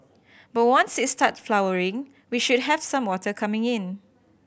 but once it start flowering we should have some water coming in